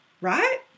right